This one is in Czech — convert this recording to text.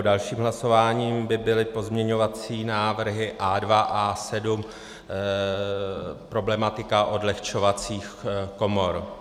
Dalším hlasováním by byly pozměňovací návrhy A2 a A7 problematika odlehčovacích komor.